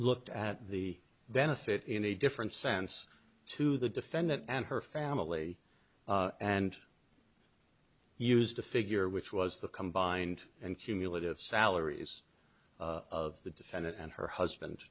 looked at the benefit in a different sense to the defendant and her family and used a figure which was the combined and cumulative salaries of the defendant and her husband